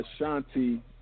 Ashanti